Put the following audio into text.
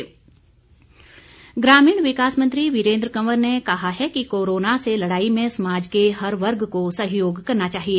वीरेन्द्र सैजल ग्रामीण विकास मंत्री वीरेंद्र कंवर ने कहा है कि कोरोना से लड़ाई में समाज के हर वर्ग को सहयोग करना चाहिए